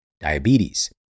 diabetes